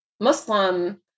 Muslim